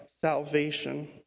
salvation